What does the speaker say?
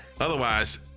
Otherwise